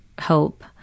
hope